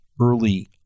early